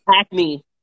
acne